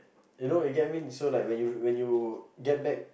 you know you get what I mean so when you when you get back